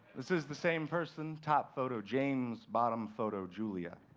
this is the same person top photo, james, bottom photo, jennifer. yeah